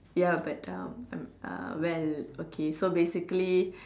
ya but um uh well okay so basically